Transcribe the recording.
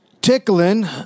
tickling